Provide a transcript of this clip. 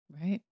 Right